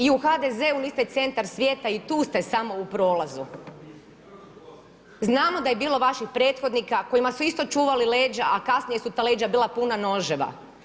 I u HDZ-u niste centar svijeta, i tu ste samo u prolazu. … [[Upadica se ne čuje.]] Znamo da je bilo vaših prethodnika kojima su isto čuvali leđa a kasnije su ta leđa bila puna noževa.